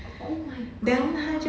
oh my god